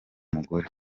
mugore